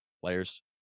players